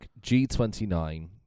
G29